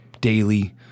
daily